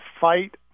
fight